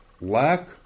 lack